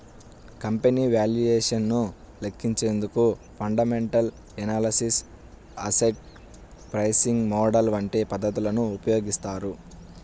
company valuation ను లెక్కించేందుకు fundamental analysis, asset pricing model వంటి పద్ధతులను ఉపయోగిస్తారు